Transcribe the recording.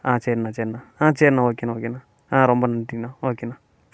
ஆ சரிணா சரிணா ஆ சரிணா ஓகேணா ஓகேணா ஆ ரொம்ப நன்றிணா ஓகேணா